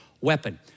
weapon